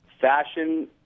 fashion